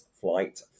flight